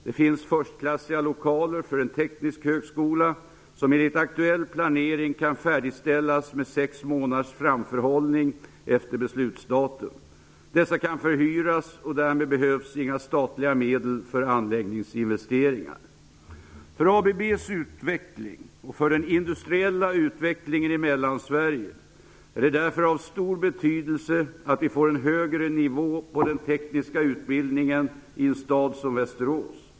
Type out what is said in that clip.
Det finns förstklassiga lokaler för en teknisk högskola, som enligt aktuell planering kan färdigställas med sex månaders framförhållning efter beslutsdatum. Dessa kan förhyras, och därmed behövs inga statliga medel för anläggningsinvesteringar. För ABB:s utveckling och för den industriella utvecklingen i Mellansverige är det därför av stor betydelse att vi får en högre nivå på den tekniska utbildningen i en stad som Västerås.